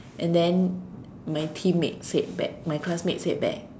and then my teammates said back my classmates said back